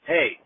Hey